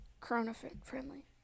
Corona-friendly